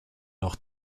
noch